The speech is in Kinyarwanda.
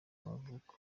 y’amavuko